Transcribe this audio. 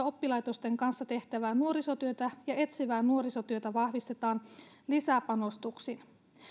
oppilaitosten kanssa tehtävää nuorisotyötä ja etsivää nuorisotyötä vahvistetaan lisäpanostuksin